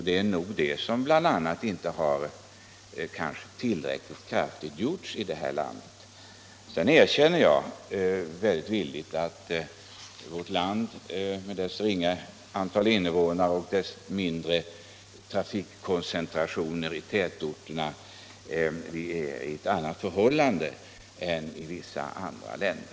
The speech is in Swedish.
Det är nog bl.a. en tillräckligt kraftig sådan satsning som har saknats i vårt land. Jag erkänner dock villigt att vårt land med dess ringa antal invånare och dess relativt sett mindre starka trafikkoncentrationer i tätorterna har ett annat utgångsläge än vissa andra länder.